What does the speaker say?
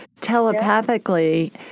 telepathically